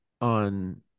on